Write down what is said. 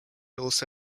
also